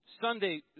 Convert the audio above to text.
Sunday